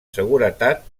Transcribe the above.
seguretat